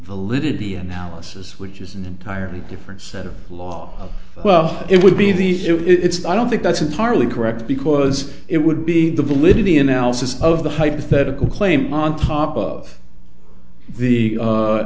validity analysis which is an entirely different set of law well it would be the it's i don't think that's entirely correct because it would be the validity analysis of the hypothetical claim on top of the a